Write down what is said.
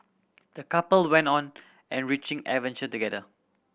the couple went on enriching adventure together